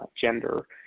gender